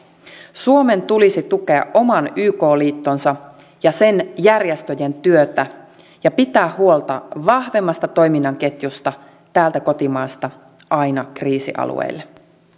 suomen tulisi tukea oman yk liittonsa ja sen järjestöjen työtä ja pitää huolta vahvemmasta toiminnan ketjusta täältä kotimaasta aina kriisialueille